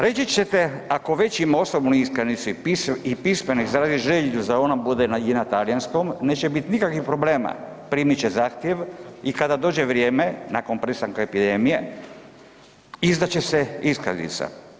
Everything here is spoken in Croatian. Reći ćete, ako već ima osobnu iskaznicu i pismeno izrazi želju da ona bude i na talijanskom, neće biti nikakvih problema, primit će zahtjev i kada dođe vrijeme, nakon prestanka epidemije, izdat će se iskaznica.